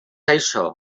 això